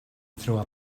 through